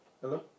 Hello